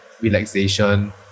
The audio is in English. relaxation